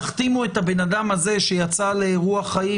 תחתימו את הבן אדם הזה שיצא לאירוע חיים,